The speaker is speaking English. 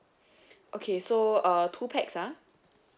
okay so uh two pax ah